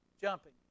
jumping